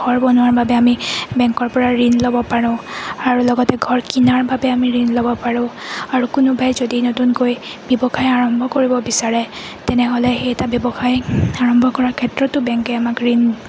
ঘৰ বনোৱাৰ বাবে আমি বেংকৰপৰা ঋণ ল'ব পাৰোঁ আৰু লগতে ঘৰ কিনাৰ বাবে আমি ঋণ ল'ব পাৰোঁ আৰু কোনোবাই যদি নতুনকৈ ব্যৱসায় আৰম্ভ কৰিব বিচাৰে তেনেহ'লে সেই এটা ব্যৱসায় আৰম্ভ কৰাৰ ক্ষেত্ৰতো বেংকে আমাক ঋণ